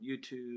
YouTube